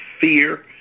fear